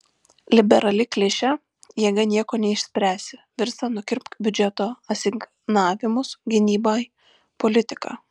liberali klišė jėga nieko neišspręsi virsta nukirpk biudžeto asignavimus gynybai politika